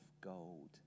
gold